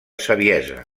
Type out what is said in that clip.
saviesa